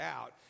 out